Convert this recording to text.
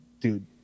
dude